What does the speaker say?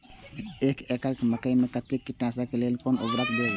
एक एकड़ मकई खेत में कते कीटनाशक के लेल कोन से उर्वरक देव?